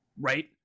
right